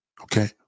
Okay